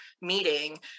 meeting